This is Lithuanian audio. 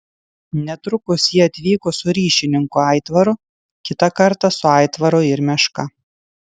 netrukus ji atvyko su ryšininku aitvaru kitą kartą su aitvaru ir meška